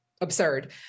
absurd